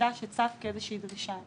חדש שצף כאיזושהי דרישה.